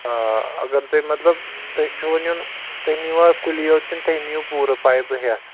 آ اگر تُہۍ مطلب تُہۍ چھُوٕ نِیُن تُہۍ نِیٖوا کُلی یوت کِنہٕ تُہۍ نِیِو پوٗرٕ پایپہٕ ہٮ۪تھ